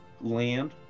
land